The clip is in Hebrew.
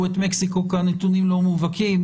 את מקסיקו כי הנתונים לא מובהקים,